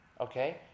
Okay